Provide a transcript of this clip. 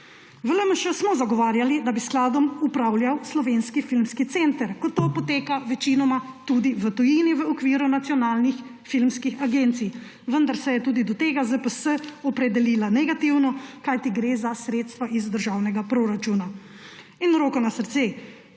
V LMŠ smo zagovarjali, da bi s skladom upravljal Slovenski filmski center, kot to poteka večinoma tudi v tujini v okviru nacionalnih filmskih agencij, vendar se je tudi do tega ZPS opredelila negativno, kajti gre za sredstva iz državnega proračuna. In roko na srce,